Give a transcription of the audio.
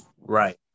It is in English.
Right